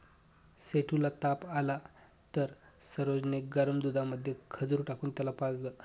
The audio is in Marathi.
सेठू ला ताप आला तर सरोज ने गरम दुधामध्ये खजूर टाकून त्याला पाजलं